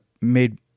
made